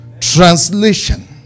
Translation